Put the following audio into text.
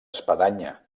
espadanya